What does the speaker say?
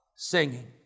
Singing